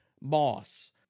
Moss